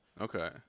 okay